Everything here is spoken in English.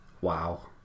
Wow